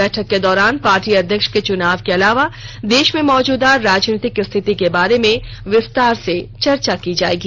बैठक के दौरान पार्टी अध्यक्ष के चुनाव के अलावा देश में मौजूदा राजनीतिक स्थिति के बारे में विस्तार से चर्चा की जाएगी